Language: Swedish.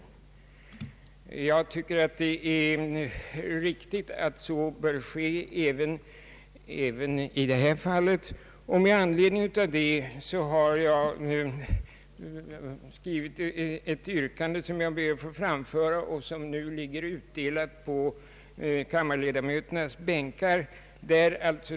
Jag tycker det är riktigt att så sker även i detta fall. Med anledning härav har jag skrivit ett yrkande, som jag ber att få framföra och som ligger utdelat på kammarledamöternas bänkar.